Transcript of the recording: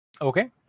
Okay